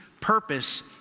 purpose